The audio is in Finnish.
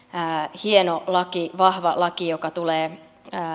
hieno laki vahva laki joka tulee